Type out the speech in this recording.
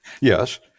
yes